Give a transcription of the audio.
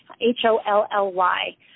H-O-L-L-Y